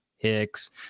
Hicks